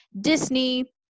Disney